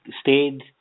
stayed